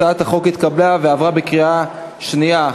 הצעת החוק התקבלה ועברה בקריאה שנייה.